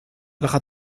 لقد